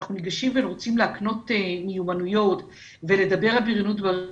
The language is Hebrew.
אנחנו רוצים להקנות מיומנויות ולדבר על בריונות ברשת.